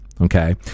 Okay